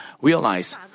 realize